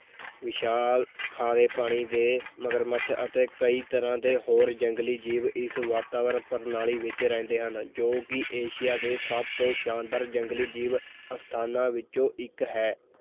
ਵਿਸ਼ਾਲ ਖਾਰੇ ਪਾਣੀ ਦੇ ਮਗਰਮੱਛ ਅਤੇ ਕਈ ਤਰ੍ਹਾਂ ਦੇ ਹੋਰ ਜੰਗਲੀ ਜੀਵ ਇਸ ਵਾਤਾਵਰਣ ਪ੍ਰਣਾਲੀ ਵਿੱਚ ਰਹਿੰਦੇ ਹਨ ਜੋ ਕਿ ਏਸ਼ੀਆ ਦੇ ਸਭ ਤੋਂ ਸ਼ਾਨਦਾਰ ਜੰਗਲੀ ਜੀਵ ਅਸਥਾਨਾਂ ਵਿੱਚੋਂ ਇੱਕ ਹੈ